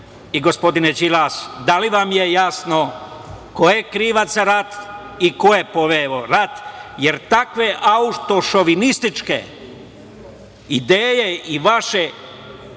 i gospodine Đilas, da li vam je jasno ko je krivac za rat i ko je poveo rat, jer takve autošovinističke ideje i vaše